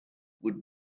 would